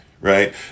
right